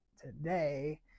today